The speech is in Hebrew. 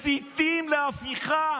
מסיתים להפיכה,